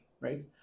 right